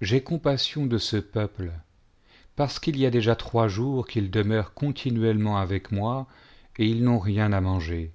j'ai compassion de ce peuple parce qu'il y a déjà trois jours qu'ils demeurent continuellement avec moi et ils n'ont rien à manger